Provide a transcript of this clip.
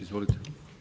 Izvolite.